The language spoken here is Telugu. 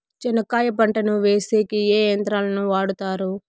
చెనక్కాయ పంటను వేసేకి ఏ యంత్రాలు ను వాడుతారు?